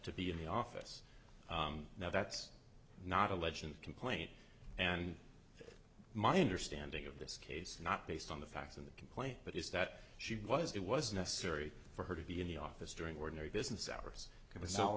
to be in the office now that's not a legend complaint and my understanding of this case is not based on the facts in the complaint but is that she was it was necessary for her to be in the office during ordinary business hours